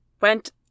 went